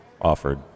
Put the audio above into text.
offered